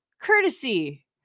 courtesy